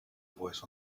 voice